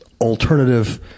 alternative